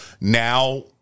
now